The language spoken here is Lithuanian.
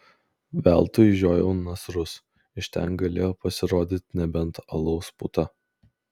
veltui žiojau nasrus iš ten galėjo pasirodyti nebent alaus puta